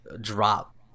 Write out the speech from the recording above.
drop